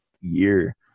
year